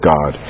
God